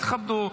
תכבדו,